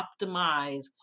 optimize